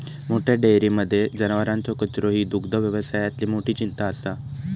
मोठ्या डेयरींमध्ये जनावरांचो कचरो ही दुग्धव्यवसायातली मोठी चिंता असा